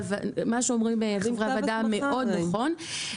מה שאומרים חברי הוועדה, מאוד נכון.